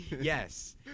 Yes